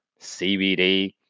CBD